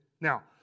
Now